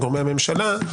מגורמי הממשלה.